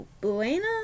Buena